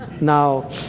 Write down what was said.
Now